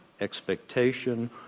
expectation